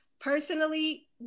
personally